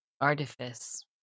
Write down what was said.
Artifice